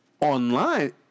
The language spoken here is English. online